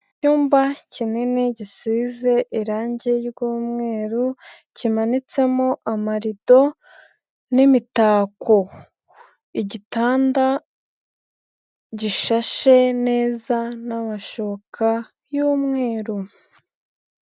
Icyumba kinini gisize irange ry'umweru kimanitsemo amarido n'imitako, igitanda gishashe neza n'amashuka y'umweru.